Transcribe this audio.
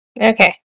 Okay